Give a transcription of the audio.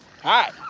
Hi